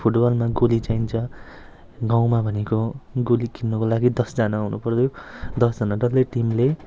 फुटबलमा गोली चाहिन्छ गाउँमा भनेको गोली किन्नुको लागि दसजना आउनुपर्यो दसजना डल्लै टिमले